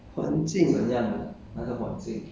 some houses on 即使好像是